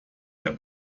der